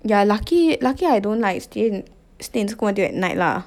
yeah lucky lucky I don't like stay in stay in school until at night lah